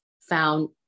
found